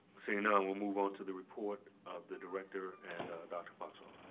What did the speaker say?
so you know and we'll move onto the report of the director and dr. foxall.